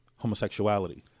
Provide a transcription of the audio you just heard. homosexuality